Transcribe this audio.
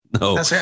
no